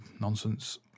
nonsense